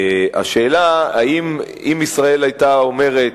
השאלה, אם ישראל היתה אומרת: